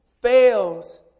fails